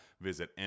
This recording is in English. visit